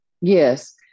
Yes